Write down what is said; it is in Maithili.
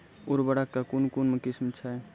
उर्वरक कऽ कून कून किस्म छै?